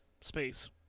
space